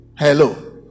Hello